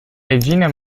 regina